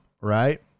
right